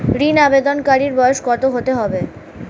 ঋন আবেদনকারী বয়স কত হতে হবে?